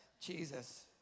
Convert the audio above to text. Jesus